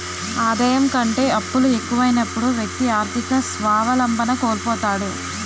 ఆదాయం కంటే అప్పులు ఎక్కువైనప్పుడు వ్యక్తి ఆర్థిక స్వావలంబన కోల్పోతాడు